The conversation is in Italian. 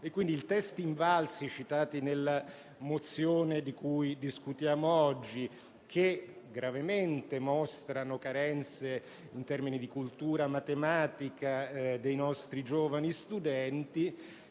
I *test* INVALSI citati nella mozione di cui discutiamo oggi, che gravemente mostrano carenze in termini di cultura matematica dei nostri giovani studenti,